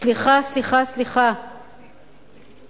סליחה, סליחה, סליחה.